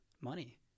money